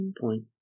point